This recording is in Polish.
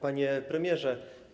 Panie Premierze!